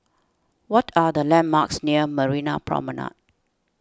what are the landmarks near Marina Promenade